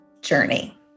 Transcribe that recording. journey